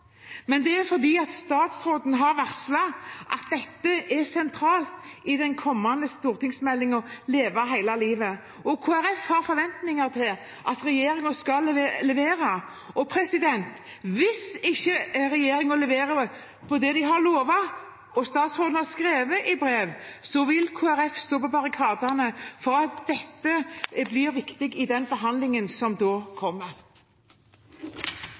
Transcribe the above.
Det er fordi statsråden har varslet at dette er sentralt i den kommende stortingsmeldingen Leve hele livet, og Kristelig Folkeparti har forventninger til at regjeringen skal levere. Hvis ikke regjeringen leverer på det de har lovet, og det statsråden har skrevet i brev, vil Kristelig Folkeparti stå på barrikadene for at dette blir viktig i den behandlingen som da kommer.